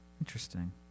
Interesting